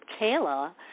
Kayla